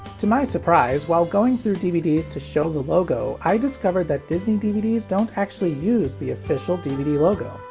to my surprise, while going through dvds to show the logo, i discovered that disney dvds don't actually use the official dvd logo.